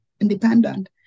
independent